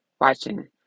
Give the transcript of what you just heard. watching